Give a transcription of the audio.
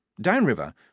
Downriver